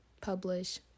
publish